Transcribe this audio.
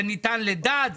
לדת,